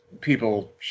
people